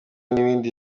n’ibi